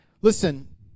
Listen